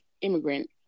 immigrant